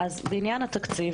בעניין התקציב,